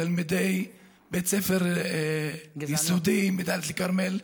תלמידי בית הספר היסודי בדאלית אל-כרמל.